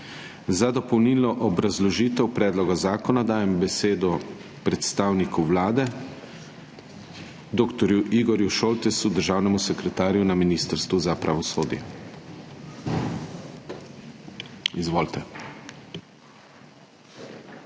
Za dopolnilno obrazložitev predloga zakona dajem besedo predstavniku Vlade dr. Igorju Šoltesu, državnemu sekretarju na Ministrstvu za pravosodje. Izvolite.